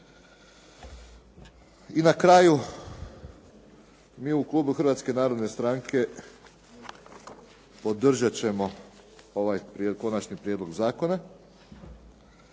I na kraju mi u klubu Hrvatske narodne stranke podržat ćemo ovaj konačni prijedlog zakona,